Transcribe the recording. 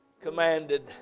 commanded